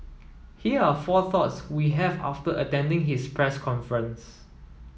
here are four thoughts we have after attending his press conference